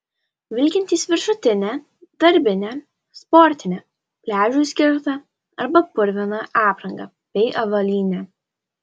vilkintys viršutinę darbinę sportinę pliažui skirtą arba purviną aprangą bei avalynę